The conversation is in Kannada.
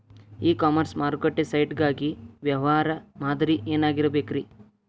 ಇ ಕಾಮರ್ಸ್ ಮಾರುಕಟ್ಟೆ ಸೈಟ್ ಗಾಗಿ ವ್ಯವಹಾರ ಮಾದರಿ ಏನಾಗಿರಬೇಕ್ರಿ?